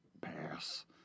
pass